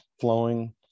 flowing